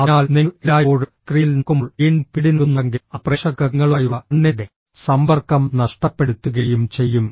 അതിനാൽ നിങ്ങൾ എല്ലായ്പ്പോഴും സ്ക്രീനിൽ നോക്കുമ്പോൾ വീണ്ടും പിപിടി നൽകുന്നുണ്ടെങ്കിൽ അത് പ്രേക്ഷകർക്ക് നിങ്ങളുമായുള്ള കണ്ണിന്റെ സമ്പർക്കം നഷ്ടപ്പെടുത്തുകയും ചെയ്യും